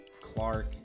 Clark